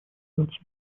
наций